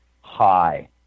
high